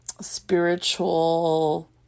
spiritual